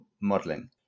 modelling